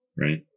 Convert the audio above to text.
right